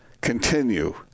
continue